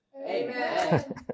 Amen